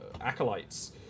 acolytes